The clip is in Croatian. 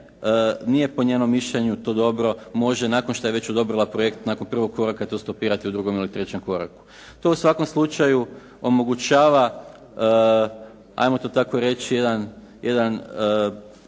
nije po njenom mišljenju to dobro, može nakon što je već odobrila projekt, nakon prvog koraka to stopirati u drugom ili trećem koraku. To u svakom slučaju omogućava jedan 'ajmo to tako reći